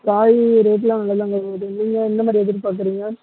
காய்கறி ரேட் எல்லாம் நல்லாதாங்க போது நீங்கள் எந்தமாதிரி எதிர்பார்க்குறிங்க